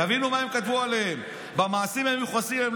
תבינו מה הם כתבו עליהם: "במעשים המיוחסים להם,